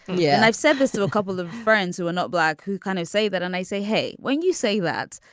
yeah and i've said this to a couple of friends who are not black who kind of say that and i say hey when you say that.